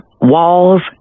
walls